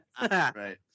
Right